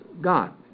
God